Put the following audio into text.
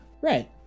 Right